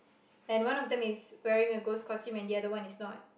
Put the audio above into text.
and one of them is wearing a ghost costume and the other one is not